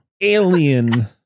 Alien